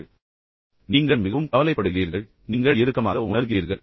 இது உணர்ச்சிகரமான கவலை நீங்கள் மிகவும் கவலைப்படுகிறீர்கள் நீங்கள் இறுக்கமாக உணர்கிறீர்கள்